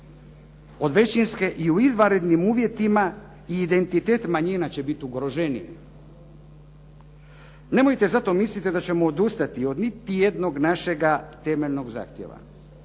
od većinske i u izvanrednim uvjetima identitet manjina će bit ugroženiji. Nemojte zato misliti da ćemo odustati od niti jednog našega temeljnog zahtjeva.